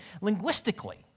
linguistically